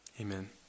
Amen